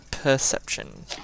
perception